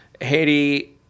Haiti